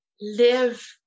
live